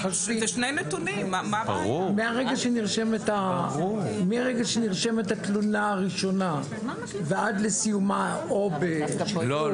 מרגע שנרשמת התלונה הראשונה ועד לסיומה --- לא,